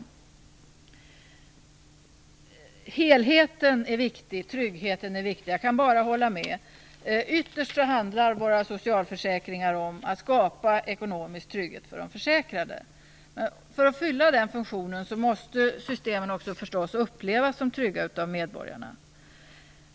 Jag kan bara hålla med om att helheten och tryggheten är viktiga. Ytterst handlar våra socialförsäkringar om att man skall skapa ekonomisk trygghet för de försäkrade. För att fylla den funktionen måste systemen förstås upplevas som trygga av medborgarna.